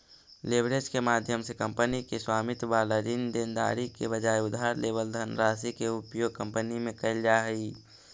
leverage के माध्यम से कंपनी के स्वामित्व वाला ऋण देनदारी के बजाय उधार लेवल धनराशि के उपयोग कंपनी में कैल जा हई